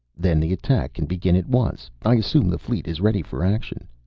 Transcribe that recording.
then the attack can begin at once. i assume the fleet is ready for action.